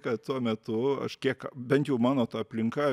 kad tuo metu aš kiek bent jau mano ta aplinka